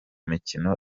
mikino